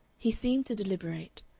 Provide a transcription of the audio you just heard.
he seemed to deliberate.